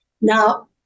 Now